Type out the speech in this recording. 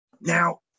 Now